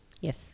Yes